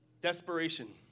Desperation